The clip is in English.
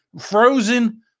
frozen